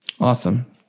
Awesome